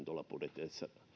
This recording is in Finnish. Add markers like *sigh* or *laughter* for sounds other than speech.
*unintelligible* tuolla budjeteissa